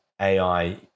AI